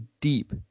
deep